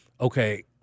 okay